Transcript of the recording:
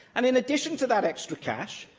and in addition to that extra cash,